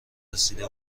رسیده